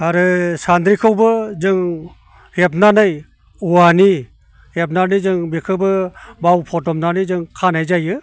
आरो सान्द्रिखौबो जों हेबनानै औवानि हेबनानै जों बेखौबो माव फदबनानै जों खानाय जायो